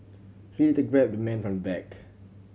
he later grabbed the man from the back